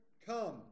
come